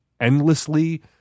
endlessly